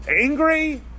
angry